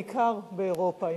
בעיקר באירופה,